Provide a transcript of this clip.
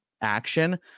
action